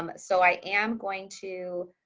um so i am going to